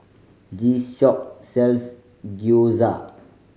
this shop sells Gyoza